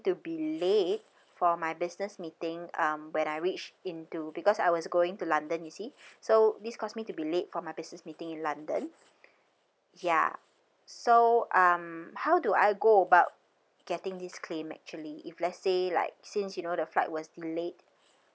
to be late for my business meeting um when I reach into because I was going to london you see so this because me to be late for my business meeting in london ya so um how do I go about getting this claim actually if let's say like since you know the flight was delayed